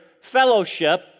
fellowship